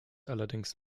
allerdings